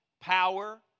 power